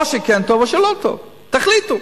או שכן טוב או שלא טוב, תחליטו.